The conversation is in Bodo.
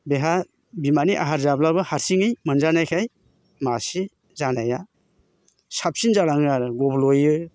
बेहा बिमानि आहार जाब्लाबो हारसिङै मोनजानायखाय मासे जानाया साबसिन जालाङो आरो गब्ल'यो